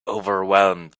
overwhelmed